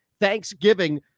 Thanksgiving